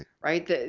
right